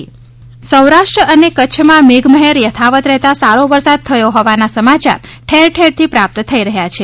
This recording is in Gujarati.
વરસાદ સૌરાષ્ટ્ર અને કચ્છમાં મેઘમહેર યથાવત રહેતા સારો વરસાદ થયો હોવાના સમાચાર ઠેરઠેરથી પ્રાપ્ય થઇ રહ્યાં છે